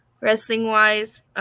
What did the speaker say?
Wrestling-wise